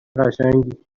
قشنگی